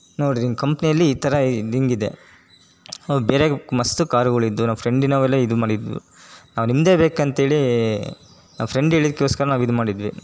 ನೋಡಿರಿ ನಿಮ್ಮ ಕಂಪ್ನಿಯಲ್ಲಿ ಈ ಥರ ದ್ ಹಿಂಗಿದೆ ಹೌದು ಬೇರೆ ಕು ಮಸ್ತ್ ಕಾರುಗಳಿದ್ವು ನಮ್ಮ ಫ್ರೆಂಡಿನವೆಲ್ಲ ಇದು ಮಾಡಿದೆವು ನಾವು ನಿಮ್ಮದೇ ಬೇಕಂತೇಳಿ ನಮ್ಮ ಫ್ರೆಂಡ್ ಹೇಳಿದ್ದಕ್ಕೋಸ್ಕರ ನಾವು ಇದು ಮಾಡಿದ್ವಿ